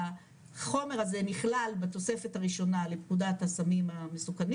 החומר הזה נכלל בתוספת הראשונה לפקודת הסמים המסוכנים